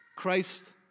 Christ